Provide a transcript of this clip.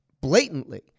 Blatantly